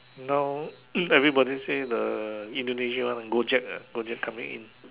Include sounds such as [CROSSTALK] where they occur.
now [COUGHS] everybody say the Indonesia one Gojek ah Gojek coming in